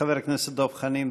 חבר הכנסת דב חנין,